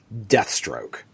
Deathstroke